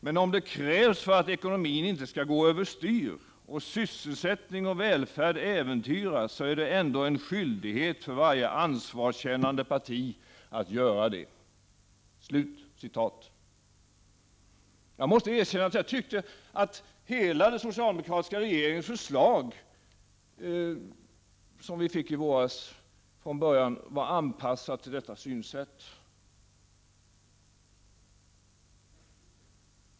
Men om det krävs för att ekonomin inte skall gå över styr och sysselsättning och välfärd äventyras, så är det ändå en skyldighet för varje ansvarskännande parti att göra det.” Hela det förslag den socialdemokratiska regeringen från början lade fram för oss i våras var anpassat till detta synsätt.